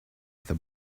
the